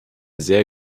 sehr